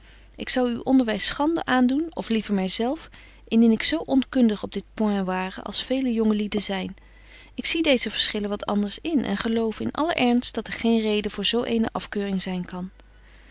ik zou uw onderwys schande aandoen of liever my zelf indien ik zo onkundig op dit point ware als vele jonge lieden zyn ik zie deeze verschillen wat anders in en geloof in allen ernst dat er geen reden voor zo eene afkeuring zyn kan